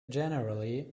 generally